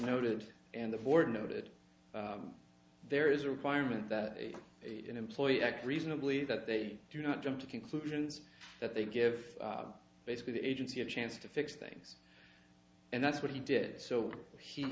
noted and the board noted there is a requirement that the employee act reasonably that they do not jump to conclusions that they give basically the agency a chance to fix things and that's what he did so